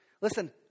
Listen